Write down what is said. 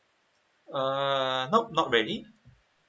err not not really